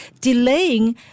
delaying